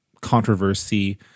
controversy